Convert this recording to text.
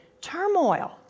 turmoil